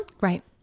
Right